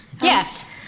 Yes